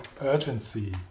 urgency